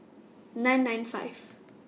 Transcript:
nine nine five